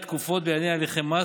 (דחיית תקופות בענייני הליכי מס),